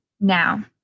now